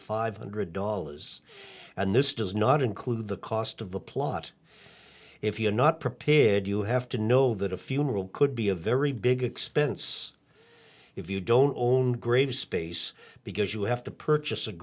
five hundred dollars and this does not include the cost of the plot if you are not prepared you have to know that a funeral could be a very big expense if you don't own grave space because you have to purchase a